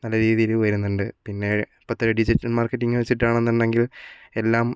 നല്ല രീതിയിൽ വരുന്നുണ്ട് പിന്നെ ഇപ്പോഴത്തെ ഡിജിറ്റൽ മാർക്കറ്റിങ്ങ് വച്ചിട്ടാണെന്നുണ്ടെങ്കിൽ എല്ലാം